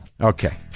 Okay